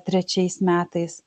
trečiais metais